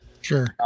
Sure